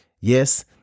Yes